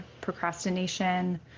Procrastination